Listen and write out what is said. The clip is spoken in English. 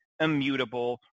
immutable